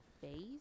face